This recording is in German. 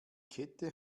kette